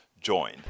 join